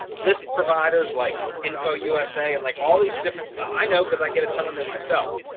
list providers like info usa and like all these different i know, because i get a ton of them myself,